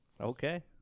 Okay